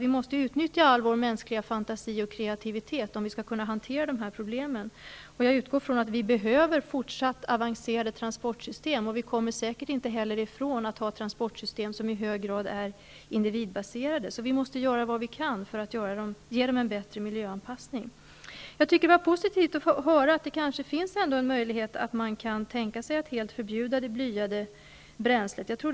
Vi måste utnyttja all vår mänskliga fantasi och kreativitet om vi skall kunna hantera dessa problem. Jag utgår från att vi behöver fortsatt avancerade transportsystem. Vi kommer säkert inte heller ifrån att ha transportsystem som i hög grad är individbaserade. Vi måste göra vad vi kan för att ge dem en bättre miljöanpassning. Det var positivt att höra att det finns en möjlighet att man kan tänka sig att helt förbjuda det blyade bränslet.